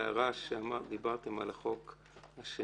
ההערה שדיברת על החוק השני,